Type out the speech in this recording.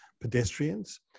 pedestrians